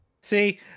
See